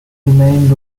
remained